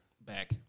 back